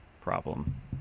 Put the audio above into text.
problem